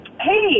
hey